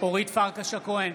אורית פרקש הכהן,